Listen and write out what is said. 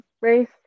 race